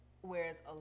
whereas